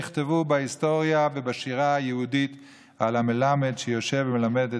נכתבו בהיסטוריה ובשירה היהודית על המלמד שיושב ומלמד,